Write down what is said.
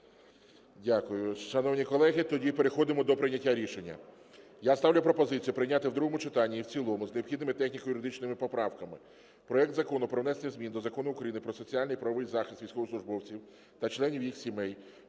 Дякую. Шановні колеги, тоді переходимо до прийняття рішення. Я ставлю пропозицію прийняти в другому читанні і в цілому з необхідними техніко-юридичними поправками проект Закону про внесення змін до Закону України "Про соціальний і правовий захист військовослужбовців та членів їх сімей"